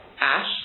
ash